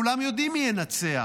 כולם יודעים מי ינצח.